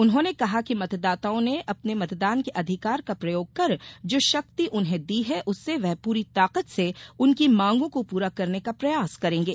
उन्होंने कहा कि मतदाताओं ने अपने मतदान के अधिकार का प्रयोग कर जो शक्ति उन्हें दी है उससे वे पूरी ताकत से उनकी मांगों को पूरा करने का प्रयास करेंगे